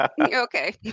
okay